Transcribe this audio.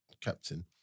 captain